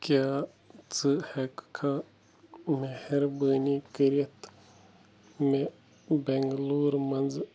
کیٛاہ ژٕ ہٮ۪کھا مہربٲنی کٔرِتھ مےٚ بنگلور منٛزٕ